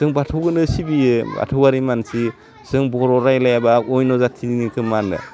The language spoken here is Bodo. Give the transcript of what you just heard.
जों बाथौखौनो सिबियो बाथौवारि मानसि जों बर' रायलाइयाबा अन्य' जाथिनिखौ माने